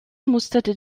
musterte